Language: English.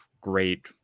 great